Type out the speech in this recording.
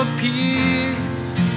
peace